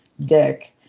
dick